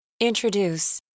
Introduce